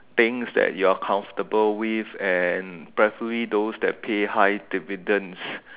things that you're comfortable with and preferably those that pay high dividends